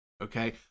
Okay